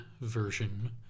version